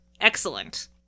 excellent